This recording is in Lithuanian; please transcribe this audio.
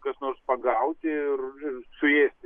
kas nors pagauti ir ir suėsti